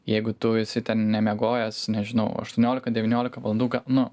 jeigu tu esi ten nemiegojęs nežinau aštuoniolika devyniolika valandų nu